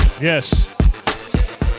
Yes